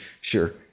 sure